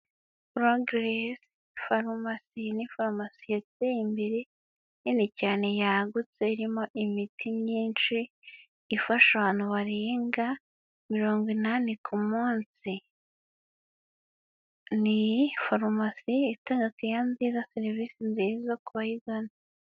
Progress farumasi. Iyi ni farumasi yateye imbere, nini cyane yagutse irimo imiti myinshi, ifasha abantu barenga mirongo inani ku munsi. Ni farumasi itanga keya nziza na serivisi nziza ku bayigana.